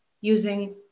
using